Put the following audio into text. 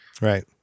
Right